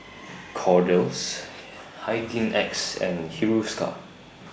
Kordel's Hygin X and Hiruscar